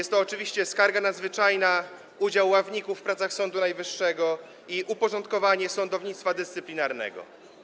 Są to oczywiście skarga nadzwyczajna, udział ławników w pracach Sądu Najwyższego i uporządkowanie sądownictwa dyscyplinarnego.